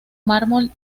mármol